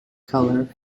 color